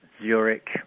Zurich